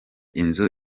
inzu